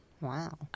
Wow